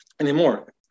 anymore